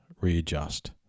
readjust